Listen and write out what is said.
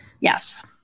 Yes